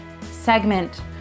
segment